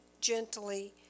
gently